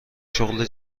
شغل